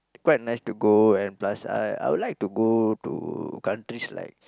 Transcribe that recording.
quite nice to go and plus I I would like to go to countries like